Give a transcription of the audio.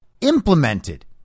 implemented